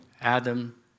Adam